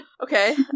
Okay